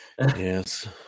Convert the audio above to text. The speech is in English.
Yes